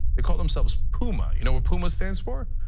they called themselves puma, you know what puma stands for?